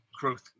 growth